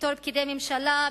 בתור פקידי ממשלה,